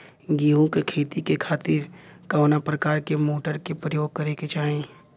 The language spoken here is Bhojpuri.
गेहूँ के खेती के खातिर कवना प्रकार के मोटर के प्रयोग करे के चाही?